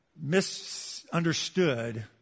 misunderstood